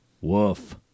woof